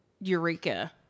Eureka